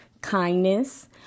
kindness